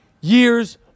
years